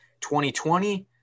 2020